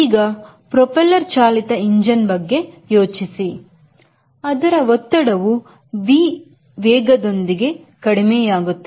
ಈಗ ಪ್ರೊಪೆಲ್ಲರ್ ಚಾಲಿತ ಇಂಜಿನ್ ಬಗ್ಗೆ ಯೋಚಿಸಿ ಅದರ ಒತ್ತಡವು V ವೇಗದೊಂದಿಗೆ ಕಡಿಮೆಯಾಗುತ್ತದೆ